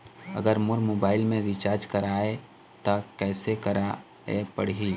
अगर मोर मोबाइल मे रिचार्ज कराए त कैसे कराए पड़ही?